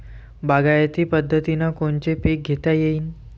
बागायती पद्धतीनं कोनचे पीक घेता येईन?